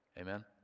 Amen